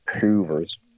Hoovers